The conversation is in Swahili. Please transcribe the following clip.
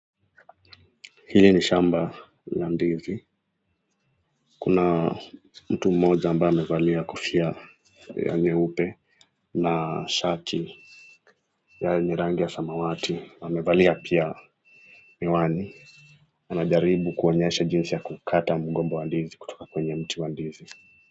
Hili ni shamba ya ndizi. Kuna mtu mmoja ambaye amevalia kofia ya nyeupe na shati yenye rangi ya samawati na amevalia pia miwani anajaribu kuonyesha jinsi ya kukata mgomba wa ndizi kutoka kwenye mti wa ndizi.